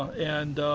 and